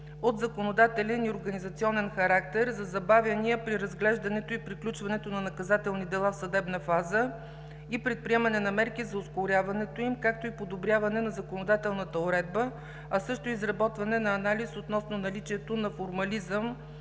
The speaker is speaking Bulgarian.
от законодателен и организационен характер, за забавяния при разглеждането и приключването на наказателни дела в съдебна фаза и предприемане на мерки за ускоряването им, както и подобряване на законодателната уредба, а също изработване на анализ относно наличието на формализъм